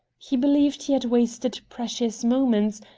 he believed he had wasted precious moments,